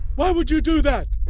why would you do that!